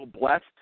blessed